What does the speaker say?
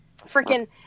freaking